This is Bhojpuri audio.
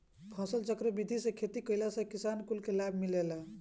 फसलचक्र विधि से खेती कईला में किसान कुल के लाभ मिलेला